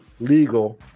legal